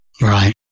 right